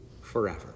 forever